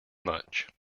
much